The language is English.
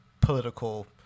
political